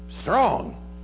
strong